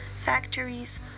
factories